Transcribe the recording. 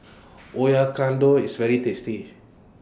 IS very tasty